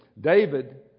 David